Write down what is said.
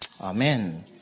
Amen